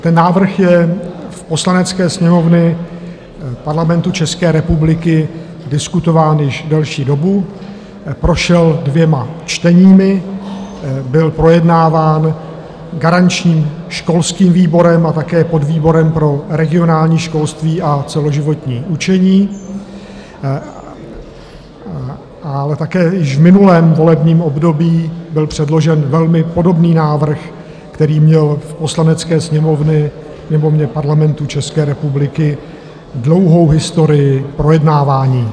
Ten návrh je v Poslanecké sněmovně Parlamentu České republiky diskutován již delší dobu, prošel dvěma čteními, byl projednáván garančním školským výborem a také podvýborem pro regionální školství a celoživotní učení, ale také již v minulém volebním období byl předložen velmi podobný návrh, který měl v Poslanecké sněmovně Parlamentu České republiky dlouhou historii projednávání.